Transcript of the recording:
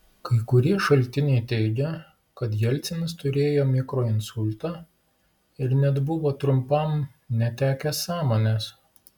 kai kurie šaltiniai teigia kad jelcinas turėjo mikroinsultą ir net buvo trumpam netekęs sąmonės